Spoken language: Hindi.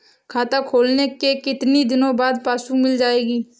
खाता खोलने के कितनी दिनो बाद पासबुक मिल जाएगी?